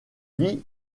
vit